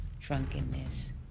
Drunkenness